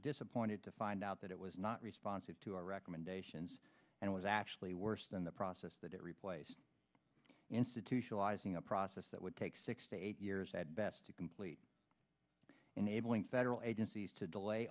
disappointed to find out that it was not responsive to our recommendations and was actually worse than the process that it replaced institutionalizing a process that would take six to eight years at best to complete enabling federal agencies to delay